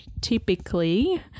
typically –